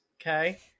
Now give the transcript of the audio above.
okay